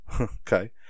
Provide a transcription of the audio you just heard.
okay